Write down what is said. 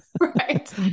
Right